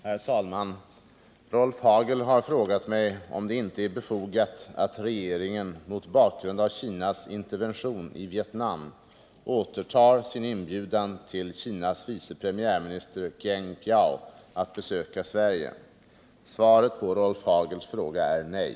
Herr talman! Rolf Hagel har frågat mig om det inte är befogat att regeringen mot bakgrund av Kinas intervention i Vietnam återtar sin inbjudan till Kinas vice premiärminister Geng Biao att besöka Sverige. Svaret på Rolf Hagels fråga är nej.